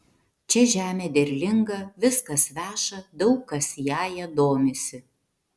čia žemė derlinga viskas veša daug kas jąja domisi